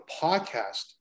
podcast